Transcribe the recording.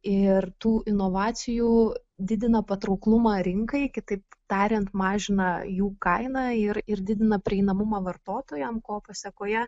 ir tų inovacijų didina patrauklumą rinkai kitaip tariant mažina jų kainą ir ir didina prieinamumą vartotojam ko pasekoje